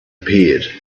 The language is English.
appeared